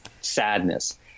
sadness